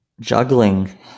Juggling